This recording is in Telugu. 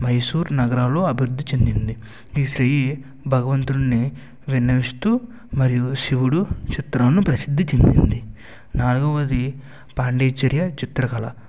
మైసూర్ నగరంలో అభివృద్ధి చెందింది ఈ స్త్రీ భగవంతున్ని విన్న విస్తూ మరియు శివుని చిత్రను ప్రసిద్ధి చెందింది నాలుగోవది పాండిచార్య చిత్రకళ